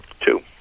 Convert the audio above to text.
Two